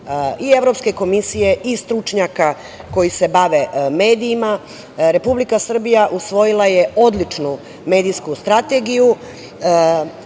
i evropske komisije i stručnjaka koji se bave medijima, Republika Srbija je usvojila odličnu medijsku strategiju,